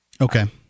Okay